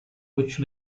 which